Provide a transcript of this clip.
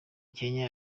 kenya